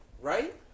right